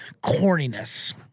corniness